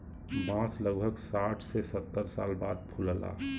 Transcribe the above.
बांस लगभग साठ से सत्तर साल बाद फुलला